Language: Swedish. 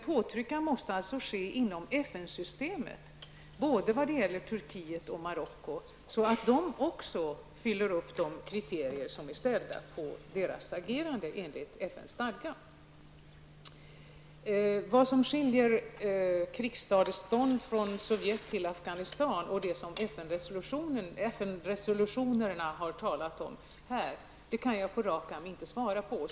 Påtryckning måste alltså kunna ske inom FN-systemet både vad gäller Turkiet och vad gäller Marocko, så att dessa länder också fyller upp de kriterier som ställs på deras agerande enligt FN-stadgan. Vad som skiljer krigsskadeståndet från Sovjetunionen till Afghanistan och krigsskadestånd enligt FN-resolutionerna kan jag inte på rak arm svara på.